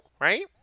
right